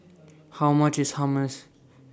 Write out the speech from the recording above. How much IS Hummus